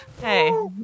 Hey